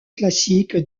classiques